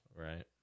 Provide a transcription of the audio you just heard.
Right